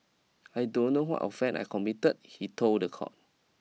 I don't know what offend I committed he told the court